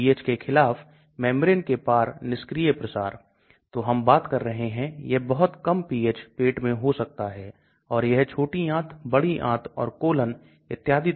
इसलिए यदि आप एक दवा लेते हैं और octanol पानी का मिश्रण लेते हैं तो दवा octanol और पानी के बीच विभाजन करेगी